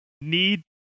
need